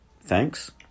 thanks